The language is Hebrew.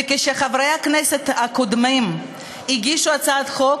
וכשחברי הכנסת הקודמים הגישו הצעת חוק,